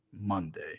Monday